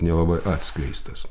nelabai atskleistas